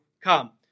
come